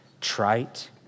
trite